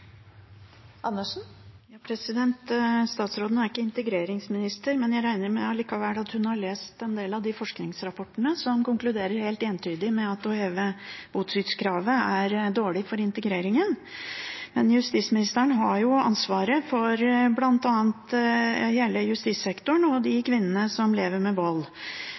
Statsråden er ikke integreringsminister, men jeg regner allikevel med at hun har lest en del av de forskningsrapportene som konkluderer helt entydig med at å heve botidskravet er dårlig for integreringen. Justisministeren har ansvaret for hele justissektoren, bl.a. de kvinnene som lever med vold.